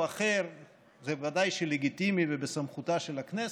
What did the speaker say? אחר ודאי שזה לגיטימי ובסמכותה של הכנסת,